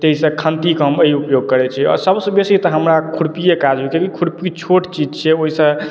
ताहिसँ खंतीके हम एहि ऊपयोग करैत छी सबसँ बेसी तऽ हमरा खुर्पिये काज अबैया किआकी खुरपी छोट चीज छै ओहिसँ